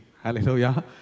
Hallelujah